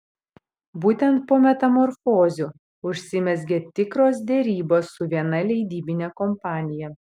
būtent po metamorfozių užsimezgė tikros derybos su viena leidybine kompanija